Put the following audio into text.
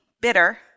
bitter